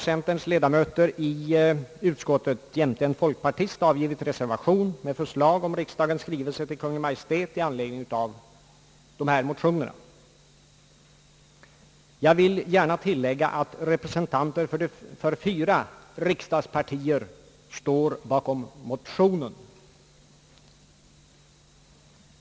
Centerns ledamöter i utskottet jämte en folkpartist har avgivit en reservation till denna punkt med förslag om riksdagens skrivelse till Kungl. Maj:t i anledning av motionerna. Jag vill gärna tillägga att representanter för fyra riksdagspartier står bakom motionen.